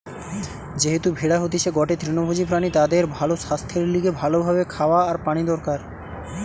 যেহেতু ভেড়া হতিছে গটে তৃণভোজী প্রাণী তাদের ভালো সাস্থের লিগে ভালো ভাবে খাওয়া আর পানি দরকার